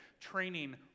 training